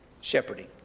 shepherding